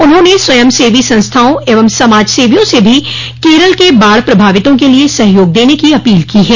उन्होंने स्वयंसेवी संस्थाओं एवं समाज सेवियों से भी केरल के बाढ़ प्रभावितों के लिए सहयोग देने की अपील की है